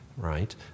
right